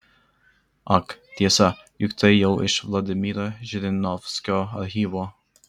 ak tiesa juk tai jau iš vladimiro žirinovskio archyvo